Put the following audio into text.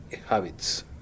habits